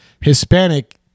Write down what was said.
Hispanic